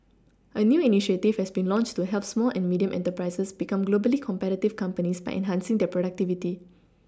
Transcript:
a new initiative has been launched to help small and medium enterprises become globally competitive companies by enhancing their productivity